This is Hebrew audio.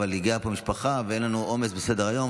אבל הגיעה לפה משפחה ואין לנו עומס בסדר-היום,